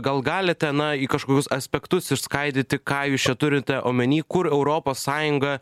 gal galite na į kažkokius aspektus išskaidyti ką jūs čia turite omeny kur europos sąjunga